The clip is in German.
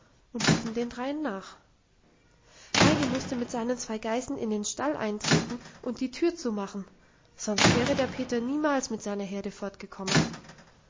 und liefen den dreien nach heidi musste mit seinen zwei geißen in den stall eintreten und die tür zumachen sonst wäre der peter niemals mit seiner herde